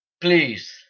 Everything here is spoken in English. please